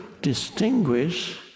distinguish